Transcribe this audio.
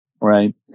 right